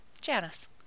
Janice